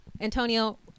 Antonio